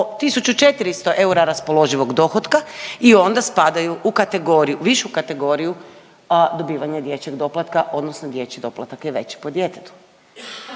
1.400 eura raspoloživog dohotka i onda spadaju u kategoriju, višu kategoriju dobivanja dječjeg doplatka, odnosno dječji doplatak je veći po djetetu.